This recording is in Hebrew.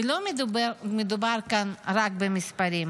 ולא מדובר כאן רק במספרים,